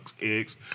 eggs